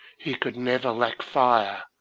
he could never lack fire,